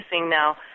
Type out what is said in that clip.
now